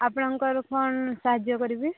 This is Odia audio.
ଆପଣଙ୍କର କ'ଣ ସାହାଯ୍ୟ କରିବି